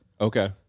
Okay